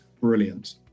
Brilliant